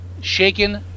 Shaken